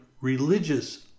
religious